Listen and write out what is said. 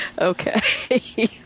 Okay